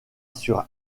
sur